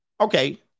Okay